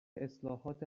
اصلاحات